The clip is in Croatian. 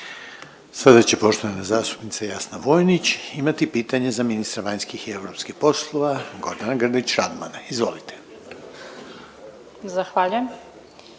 Sada će poštovana zastupnica Jasna Vojnić imati pitanje za ministra vanjskih i europskih poslova Gordana Grlić Radmana, izvolite. **Vojnić,